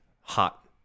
hot